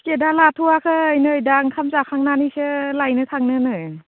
टिकेटआ लाथ'वाखै नै दा ओंखाम जाखांनानैसो लायनो थांनोनो